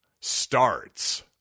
starts